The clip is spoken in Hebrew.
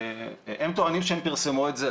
הם טוענים שהם פרסמו את זה,